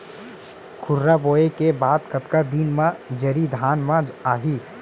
खुर्रा बोए के बाद कतका दिन म जरी धान म आही?